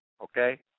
Okay